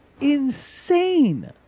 insane